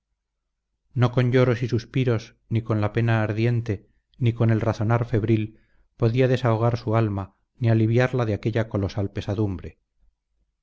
no con lloros y suspiros ni con la pena ardiente ni con el razonar febril podía desahogar su alma ni aliviarla de aquella colosal pesadumbre